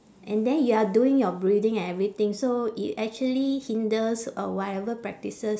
and then you are doing your breathing and everything so it actually hinders uh whatever practices